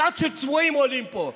מצעד של צבועים עולים פה,